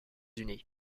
unis